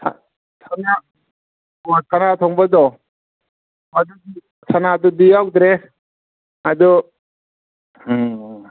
ꯑꯣ ꯁꯅꯥ ꯊꯣꯡꯕꯩꯗꯣ ꯑꯗꯨꯗꯤ ꯁꯅꯥꯗꯨꯗꯤ ꯌꯥꯎꯗ꯭ꯔꯦ ꯑꯗꯣ ꯎꯝ